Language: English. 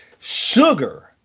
Sugar